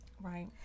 Right